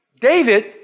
David